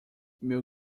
meu